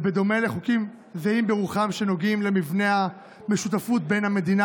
בדומה לחוקים זהים ברוחם שנוגעים למבנה השותפות בין המדינה